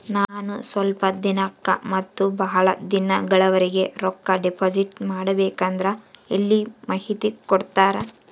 ನಾನು ಸ್ವಲ್ಪ ದಿನಕ್ಕ ಮತ್ತ ಬಹಳ ದಿನಗಳವರೆಗೆ ರೊಕ್ಕ ಡಿಪಾಸಿಟ್ ಮಾಡಬೇಕಂದ್ರ ಎಲ್ಲಿ ಮಾಹಿತಿ ಕೊಡ್ತೇರಾ?